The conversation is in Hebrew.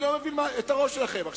אני לא מבין את הראש שלכם.